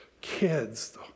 kids